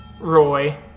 Roy